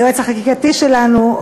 היועץ החקיקתי שלנו,